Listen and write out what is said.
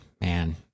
man